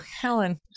Helen